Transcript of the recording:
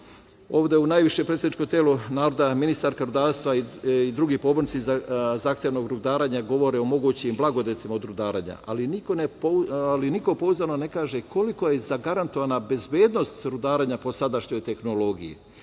ovde u najvišem predstavničkom telu naroda ministarka rudarstva i drugi pobornici zahtevnog rudarenja govore o mogućim blagodetima od rudarenja, ali niko pouzdano ne kaže koliko je zagarantovana bezbednost rudarenja po sadašnjoj tehnologiji.